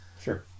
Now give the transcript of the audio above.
sure